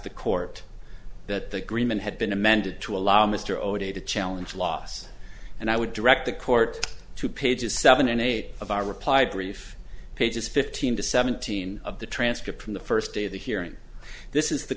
the court that the greenman had been amended to allow mr o'day to challenge loss and i would direct the court to pages seven and eight of our reply brief pages fifteen to seventeen of the transcript from the first day of the hearing this is the